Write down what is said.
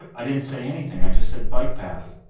ah i didn't say anything. i just said bike path.